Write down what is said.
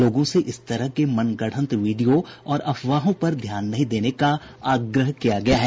लोगों से इस तरह के मनगढ़ंत वीडियो और अफवाहों पर ध्यान नहीं देने का आग्रह किया गया है